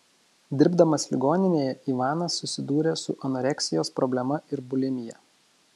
dirbdamas ligoninėje ivanas susidūrė su anoreksijos problema ir bulimija